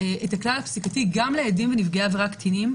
את הכלל הפסיקתי גם לעדים ולנפגעי עברה קטינים,